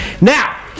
Now